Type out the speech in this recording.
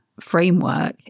framework